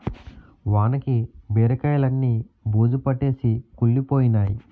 వానకి బీరకాయిలన్నీ బూజుపట్టేసి కుళ్లిపోయినై